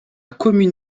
commune